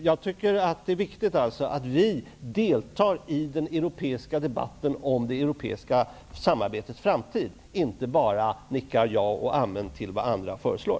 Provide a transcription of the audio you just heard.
Jag tycker alltså att det är viktigt att vi deltar i den europeiska debatten om det europeiska samarbetets framtid, inte bara nickar ja och amen till vad andra föreslår.